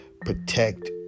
Protect